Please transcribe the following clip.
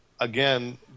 again